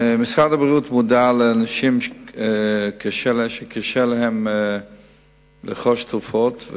משרד הבריאות מודע לקיומם של אנשים שקשה להם לרכוש תרופות,